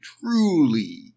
truly